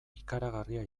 ikaragarria